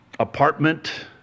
apartment